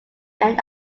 end